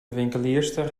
winkelierster